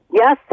Yes